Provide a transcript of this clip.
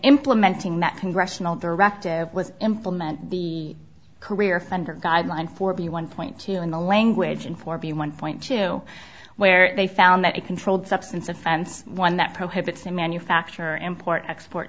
implementing that congressional directive was implement the career offender guidelines for the one point in the language and for b one point two where they found that a controlled substance offense one that prohibits the manufacture import export